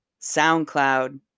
SoundCloud